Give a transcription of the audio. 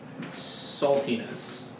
saltiness